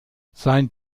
sein